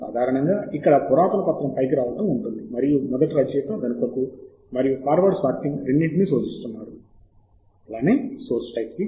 సాధారణంగా ఇక్కడ పురాతన పత్రం పైకి రావడం ఉంటుంది మరియు మొదటి రచయిత వెనుకకు మరియు ఫార్వర్డ్ సార్టింగ్ రెండింటినీ శోధిస్తున్నారు ఆర్డర్ అలాగే సోర్స్ టైటిల్